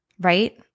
right